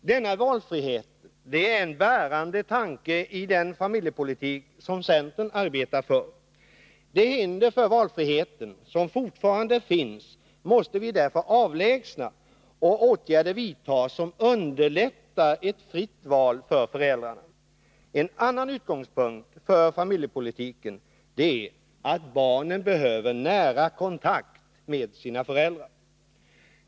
Denna valfrihet är en bärande tanke i den familjepolitik som centern arbetar för. De hinder för valfriheten som 3 Riksdagens protokoll 1981182:72-74 fortfarande finns måste därför avlägsnas och åtgärder vidtas som underlättar ett fritt val för föräldrarna. En annan utgångspunkt för familjepolitiken är att barn behöver nära kontakt med sina föräldrar.